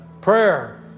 prayer